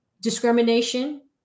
discrimination